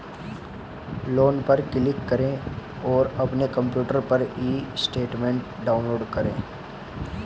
loan पर click करें और अपने कंप्यूटर पर ई स्टेटमेंट डाउनलोड करें